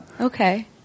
Okay